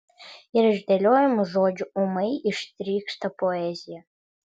ir iš dėliojamų žodžių ūmai ištrykšta poezija